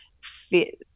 fit